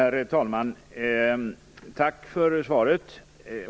Herr talman! Tack för svaret!